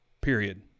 period